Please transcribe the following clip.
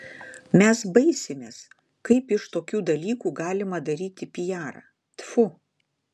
mes baisimės kaip iš tokių dalykų galima daryti pijarą tfu